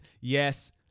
Yes